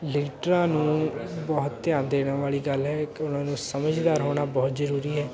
ਲੀਡਰਾਂ ਨੂੰ ਬਹੁਤ ਧਿਆਨ ਦੇਣ ਵਾਲੀ ਗੱਲ ਹੈ ਕਿ ਉਹਨਾਂ ਨੂੰ ਸਮਝਦਾਰ ਹੋਣਾ ਬਹੁਤ ਜ਼ਰੂਰੀ ਹੈ